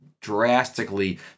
drastically